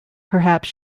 perhaps